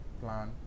plan